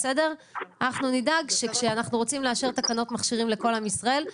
אנחנו נדאג שכשאנחנו רוצים לאשר תקנות מכשירים לכל עם ישראל,